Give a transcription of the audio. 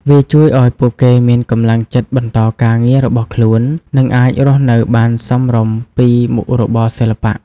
វាជួយឲ្យពួកគេមានកម្លាំងចិត្តបន្តការងាររបស់ខ្លួន និងអាចរស់នៅបានសមរម្យពីមុខរបរសិល្បៈ។